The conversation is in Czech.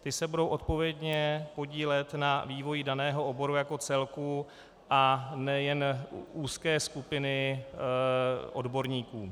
Ty se budou odpovědně podílet na vývoji daného oboru jako celku a ne jen úzké skupiny odborníků.